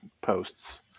posts